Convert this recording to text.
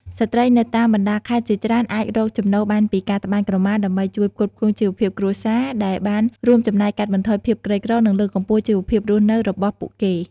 ស្ត្រីនៅតាមបណ្តាខេត្តជាច្រើនអាចរកចំណូលបានពីការត្បាញក្រមា ដើម្បីជួយផ្គត់ផ្គង់ជីវភាពគ្រួសារ ដែលបានរួមចំណែកកាត់បន្ថយភាពក្រីក្រ និងលើកកម្ពស់ជីវភាពរស់នៅរបស់ពួកគេ។